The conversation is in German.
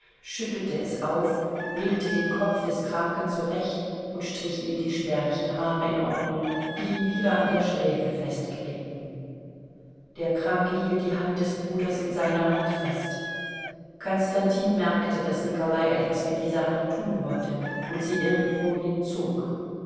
schüttelte es auf legte den kopf des kranken zurecht und strich ihm die spärlichen haare in ordnung die ihm wieder an der schläfe festklebten der kranke hielt die hand des bruders in seiner hand fest konstantin merkte daß nikolai etwas mit dieser hand tun wollte und sie irgendwohin zog